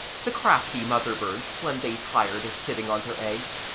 the crafty mother-birds, when they tired of sitting on their eggs,